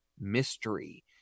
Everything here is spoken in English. Mystery